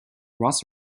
ross